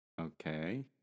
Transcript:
Okay